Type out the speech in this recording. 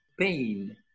pain